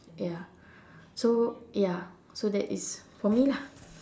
ya so ya so that is for me lah